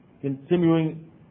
continuing